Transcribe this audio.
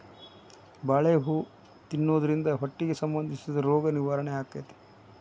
ಬಾಳೆ ಹೂ ತಿನ್ನುದ್ರಿಂದ ಹೊಟ್ಟಿಗೆ ಸಂಬಂಧಿಸಿದ ರೋಗ ನಿವಾರಣೆ ಅಕೈತಿ